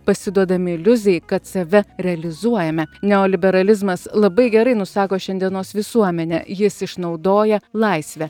pasiduodami iliuzijai kad save realizuojame neoliberalizmas labai gerai nusako šiandienos visuomenę jis išnaudoja laisvę